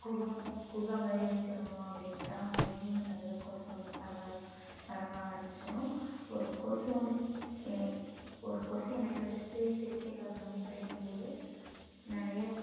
குகை குகை மாதிரி வச்சுருந்தோம் அப்படின்ட்டா அங்கேயும் நிறையா கொசு வந்துட்டு பரவ பரவ ஆரமிச்சுடும் ஒரு கொசு வந்து ஒரு கொசு என்னை கடித்திட்டு திருப்பி இன்னொருத்தர போய் கடிக்கும் போது நிறைய